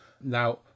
Now